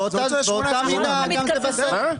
זה יתקזז בסוף.